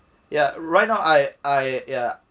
ya right now I I ya